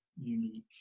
unique